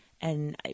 and-